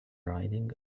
riding